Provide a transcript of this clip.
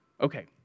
Okay